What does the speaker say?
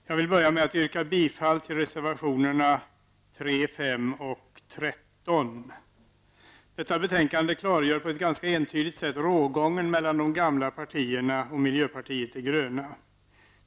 Herr talman! Jag vill börja med att yrka bifall till reservationerna 3, 5 och 13. Detta betänkande klargör på ett ganska entydigt sätt rågången mellan de gamla partierna och miljöpartiet de gröna.